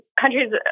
countries